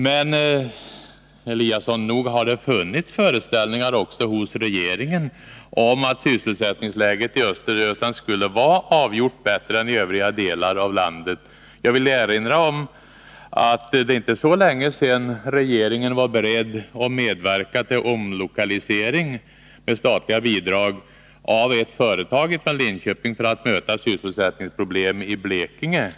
Men, Ingemar Eliasson, nog har det funnits föreställningar också hos regeringen om att sysselsättningsläget i Östergötland skulle vara avgjort bättre än i övriga delar av landet. Jag vill erinra om att det inte är så länge sedan regeringen var beredd att medverka till omlokalisering med statliga bidrag av ett företag från Linköping för att möta sysselsättningsproblem i Blekinge.